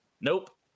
nope